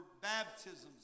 baptisms